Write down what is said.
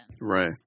Right